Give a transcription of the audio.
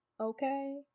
Okay